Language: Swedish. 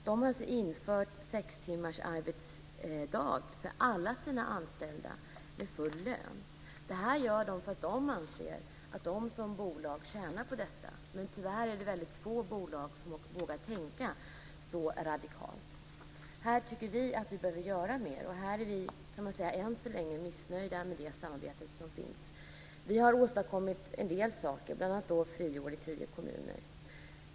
Där har man infört sextimmarsdag för alla sina anställda med full lön. Det gör man därför att man anser att man som bolag tjänar på detta. Men tyvärr är det väldigt få bolag som vågar tänka så radikalt. Här tycker vi att vi behöver göra mer, och här är vi än så länge missnöjda med det samarbete som finns. Vi har dock åstadkommit en del saker, bl.a. friår i tio kommuner.